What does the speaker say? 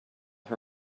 her